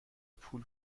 پول